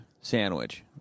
sandwich